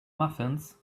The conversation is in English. muffins